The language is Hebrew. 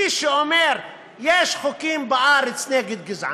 מי שאומר: יש חוקים בארץ נגד גזענות,